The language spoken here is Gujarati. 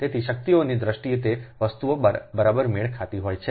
તેથી શક્તિની દ્રષ્ટિએ તે વસ્તુઓ બરાબર મેળ ખાતી હોય છે